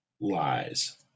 lies